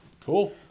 Cool